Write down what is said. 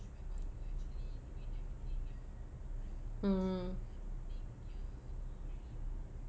mm